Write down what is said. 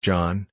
John